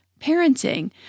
parenting